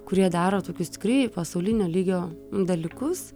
kurie daro tokius tikrai pasaulinio lygio dalykus